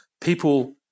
People